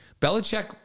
Belichick